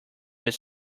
that